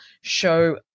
show